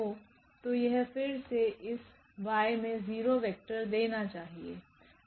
तो यह फिर से इस Y में 0 वेक्टर देना चाहिए